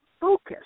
focus